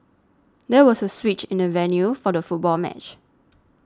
there was a switch in the venue for the football match